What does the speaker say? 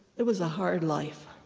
it was a hard life.